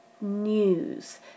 news